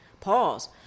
Pause